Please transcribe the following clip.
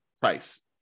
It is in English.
price